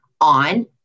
on